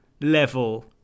level